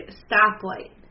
stoplight